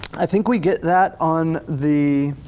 i think we get that on the